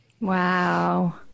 Wow